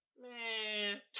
Man